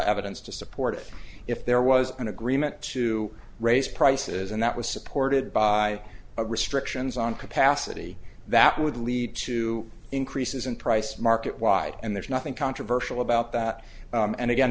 evidence to support it if there was an agreement to raise prices and that was supported by a restrictions on capacity that would lead to increases in price market wide and there's nothing controversial about that and again